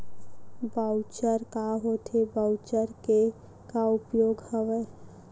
Voucher का होथे voucher के का उपयोग हवय?